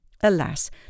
Alas